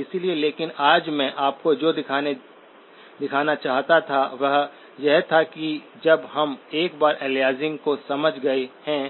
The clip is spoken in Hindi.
इसलिए लेकिन आज मैं आपको जो दिखाना चाहता था वह यह था कि जब हम एक बार अलियासिंग को समझ गए हैं